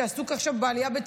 שעסוק עכשיו בעלייה,